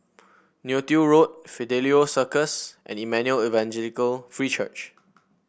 Neo Tiew Road Fidelio Circus and Emmanuel Evangelical Free Church